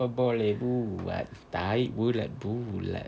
apa boleh buat tahi bulat bulat